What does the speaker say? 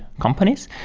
companies.